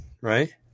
right